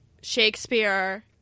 Shakespeare